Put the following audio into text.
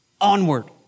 onward